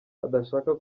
adashaka